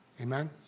Amen